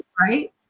right